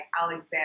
Alexander